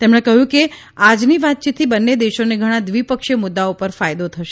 તેમણે કહ્યું કે આજની વાતચીતથી બંને દેશોને ઘણા દ્વિપક્ષીય મુદ્દાઓ પર ફાયદો થશે